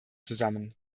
zusammen